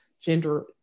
gender